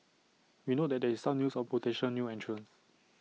we note that there is some news on potential new entrants